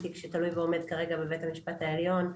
תיק שתלוי ועומד כרגע בבית המשפט העליון,